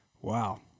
Wow